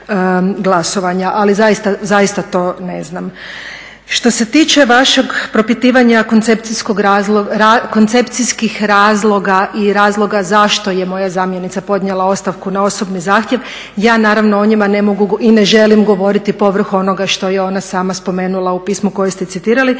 Ali zaista to ne znam. Što se tiče vašeg propitivanja koncepcijskih razloga i razloga zašto je moja zamjenica podnijela ostavku na osobni zahtjev ja naravno o njima ne mogu i ne želim govoriti povrh onoga što je ona sama spomenula u pismu koje ste citirali.